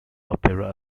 opera